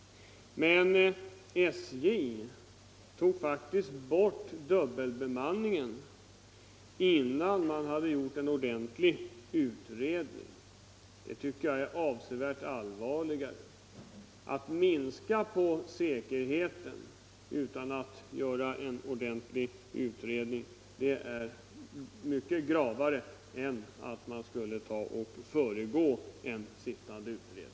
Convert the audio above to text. Men SJ tog faktiskt bort dubbelbemanningen innan man hade gjort en ordentlig utredning, och att minska säkerheten utan att det först skett en ordentlig utredning anser jag vara mycket allvarligare än att föregripa en sittande utredning.